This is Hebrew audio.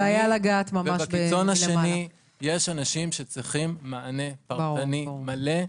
יש אנשים שצריכים מענה פרטני מלא.